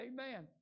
Amen